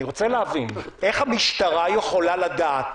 אני רוצה להבין איך המשטרה יכולה לדעת